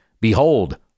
Behold